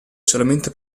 solamente